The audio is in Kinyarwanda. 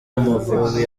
amavubi